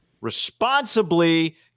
responsibly